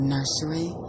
Nursery